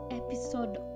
episode